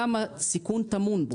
כמה סיכון טמון בו?